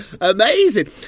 amazing